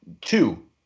two